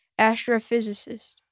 astrophysicist